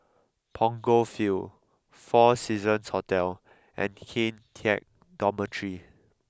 Punggol Field Four Seasons Hotel and Kian Teck Dormitory